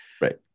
Right